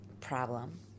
problem